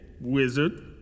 wizard